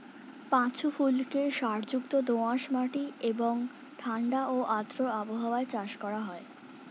পাঁচু ফুলকে সারযুক্ত দোআঁশ মাটি এবং ঠাণ্ডা ও আর্দ্র আবহাওয়ায় চাষ করা হয়